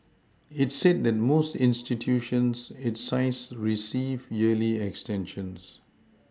it said that most institutions its size receive yearly extensions